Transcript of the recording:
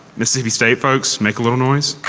mississippi state folks make a little noise.